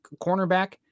cornerback